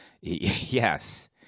yes